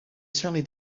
certainly